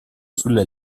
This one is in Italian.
sulle